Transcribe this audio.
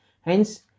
Hence